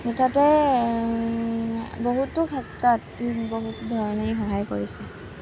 মুঠতে বহুতো ক্ষেত্ৰত ই বহুতো ধৰণেই সহায় কৰিছে